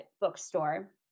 bookstore